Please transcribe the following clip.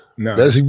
No